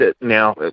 Now